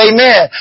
Amen